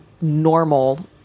normal